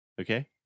Okay